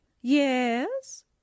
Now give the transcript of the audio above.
Yes